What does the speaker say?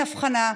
אין הבחנה,